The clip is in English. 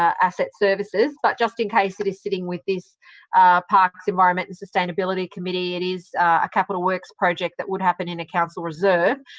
asset services but just in case it is sitting with this parks, environment and sustainability committee, it is a capital works project that would happen in a council reserve,